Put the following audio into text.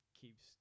keeps